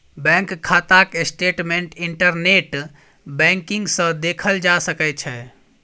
bank खाताक statement internet banking सँ देखल जा सकै छै